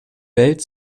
welt